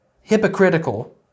hypocritical